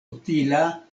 utila